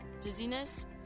dizziness